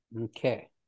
okay